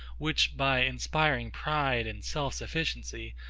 which, by inspiring pride and self-sufficiency,